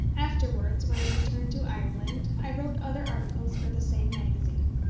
afterwards, when i returned to ireland, i wrote other articles for the same magazine,